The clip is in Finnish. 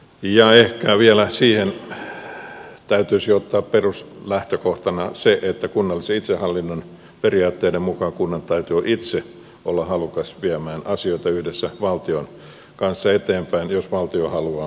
ja ehkä siihen vielä täytyisi ottaa peruslähtökohtana se että kunnallisen itsehallinnon periaatteiden mukaan kunnan täytyy itse olla halukas viemään asioita yhdessä valtion kanssa eteenpäin jos valtio haluaa omaa apuaan tarjota